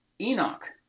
Enoch